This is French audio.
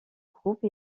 groupe